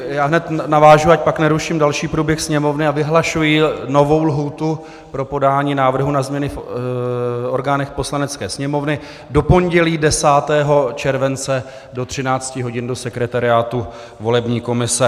Já hned navážu, ať pak neruším další průběh Sněmovny, a vyhlašuji novou lhůtu pro podání návrhu na změny v orgánech Poslanecké sněmovny do pondělí 10. července do 13 hodin do sekretariátu volební komise.